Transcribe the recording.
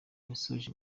yasoje